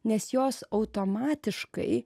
nes jos automatiškai